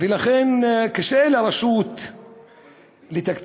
ולכן קשה לרשות לתקצב